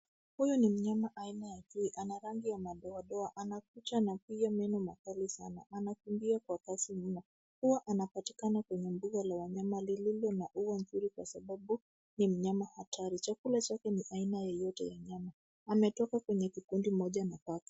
Huyo ni mnyama aina ya chui, ana rangi ya madoadoa ana kucha na pia meno makali sana. Anakimbia kwa kasi mno. Huwa anapatikana kwenye mbuga la wanyama lililo na ua mzuri kwa sababu ni mnyama hatari sana. Chakula chake ni aina yoyote ya nyama. Ametoka kwenye kikundi kimoja na paka.